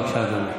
בבקשה, אדוני.